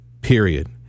period